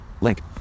link